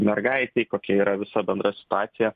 mergaitei kokia yra visa bendra situacija